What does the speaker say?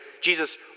Jesus